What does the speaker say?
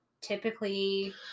typically